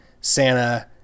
Santa